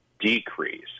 decrease